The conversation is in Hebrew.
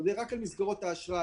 אני מדבר רק על מסגרות האשראי.